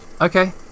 Okay